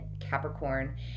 Capricorn